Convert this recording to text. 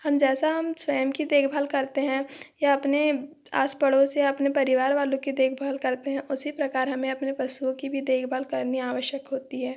हम जैसा हम स्वयं की देखभाल करते हैं या अपने आस पड़ोस या अपने परिवार वालों की देखभाल करते हैं उसी प्रकार हमें अपने पशुओं की भी देखभाल करनी आवश्यक होती है